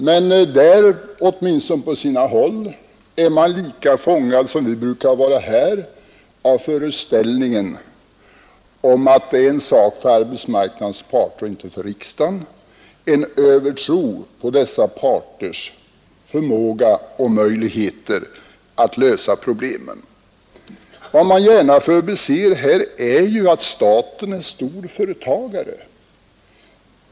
Men där är man på sina håll lika fångad som vi brukar vara här av föreställningen att det är en sak för arbetsmarknadens parter och inte för riksdagen — en övertro på dessa parters förmåga och möjligheter att lösa problemen. Vad man gärna förbiser är att staten är en stor företagare.